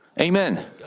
Amen